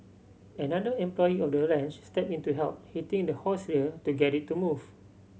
another employee of the ranch stepped in to help hitting the horse's rear to get it to move